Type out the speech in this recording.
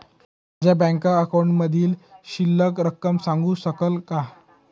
माझ्या बँक अकाउंटमधील शिल्लक रक्कम सांगू शकाल का?